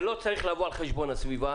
זה לא צריך לבוא על חשבון הסביבה.